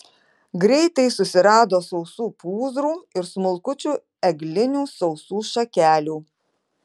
greitai susirado sausų pūzrų ir smulkučių eglinių sausų šakelių